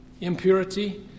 impurity